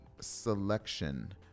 selection